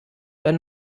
wenn